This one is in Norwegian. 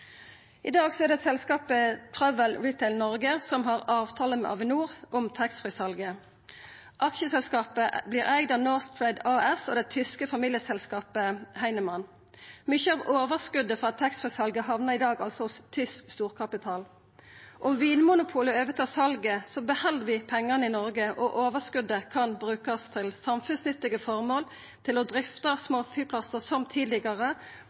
I dag er det selskapet Travel Retail Norway som har avtale med Avinor om taxfree-salet. Aksjeselskapet vert eigd av Norse-Trade AS og det tyske familieselskapet Heinemann. Mykje av overskotet frå taxfree-salet hamnar i dag hos tysk storkapital. Om Vinmonopolet overtar salet, held vi pengane i Noreg, og overskotet kan brukast til samfunnsnyttige føremål, til å drifta småflyplassar som tidlegare